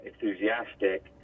enthusiastic